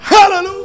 Hallelujah